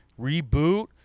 reboot